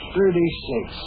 Thirty-six